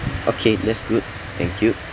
okay that's good thank you